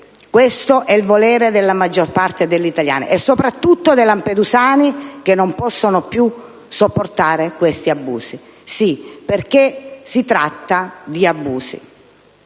questo è il volere della maggior parte degli italiani e soprattutto dei lampedusani che non possono più sopportare questi abusi. Sì, perché di abusi